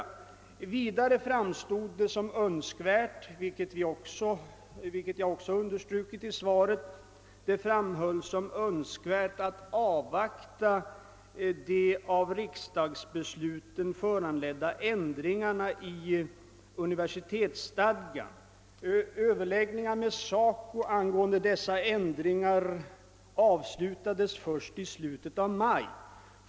Vidare ansågs det som önskvärt — vilket också understrukits i svaret — att vi skulle avvakta de ändringar i universitetsstadgan som blev en följd av riksdagsbesluten. Överläggningar med SACO angående dessa ändringar avslutades i slutet av maj.